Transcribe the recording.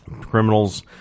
Criminals